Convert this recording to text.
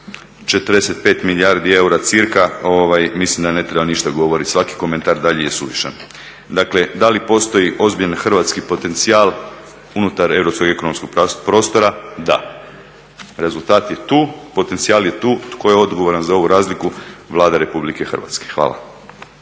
45 milijardi eura cca mislim da ne treba ništa govorit, svaki komentar dalje je suvišan. Dakle, da li postoji ozbiljan hrvatski potencijal unutar europskog ekonomskog prostora, da. Rezultat je tu, potencijal je tu. Tko je odgovoran za ovu razliku? Vlada Republike Hrvatske. Hvala.